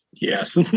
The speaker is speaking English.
Yes